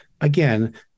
again